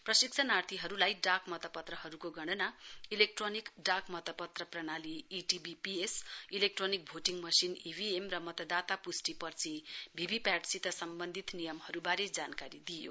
प्रशिक्षणार्थीहरूलाई डाक मतपत्रहरूको गणना इलेक्ट्रोनिक डाकमतपत्र प्रणाली ETVPS electronic voting machine EVM र मतदाता पुष्टि पर्ची भीभीपीएटी सित सम्बन्धित नियमहरूबारे जानकारी दिइयो